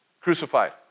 crucified